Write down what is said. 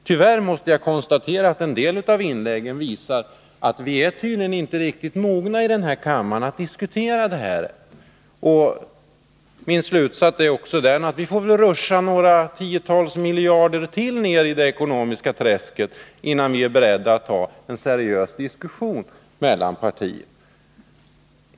Tyvärr måste jag konstatera att en del av inläggen visar att vi tydligen inte är riktigt mogna att diskutera detta. Min slutsats blir den att vi väl får rutscha några tiotal miljarder ytterligare ned i det ekonomiska träsket innan vi är beredda att ta upp en seriös diskussion.